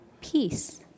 peace